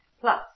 Plus